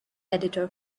editor